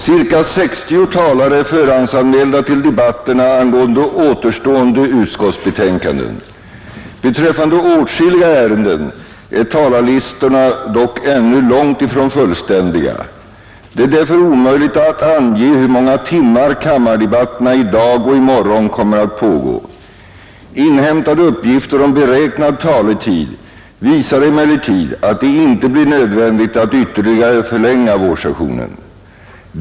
Cirka 60 talare är förhandsanmälda till debatterna angående återstående utskottsbetänkanden. Beträffande åtskilliga ärenden är talarlistorna dock ännu långt ifrån fullständiga. Det är därför omöjligt att ange hur många timmar kammardebatterna i dag och i morgon kommer att pågå. Inhämtade uppgifter om beräknad taletid visar emellertid att det inte blir nödvändigt att ytterligare förlänga vårsessionen.